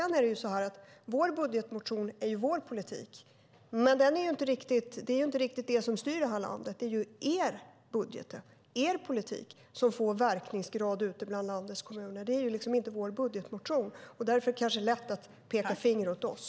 Vår budgetmotion är vår politik. Men det är inte den som styr det här landet. Det är er budget och er politik som får verkan ute bland landets kommuner, inte vår budgetmotion. Därför är det kanske lätt att peka finger åt oss.